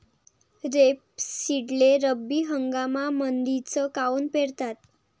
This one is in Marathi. रेपसीडले रब्बी हंगामामंदीच काऊन पेरतात?